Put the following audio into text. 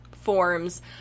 forms